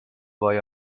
boy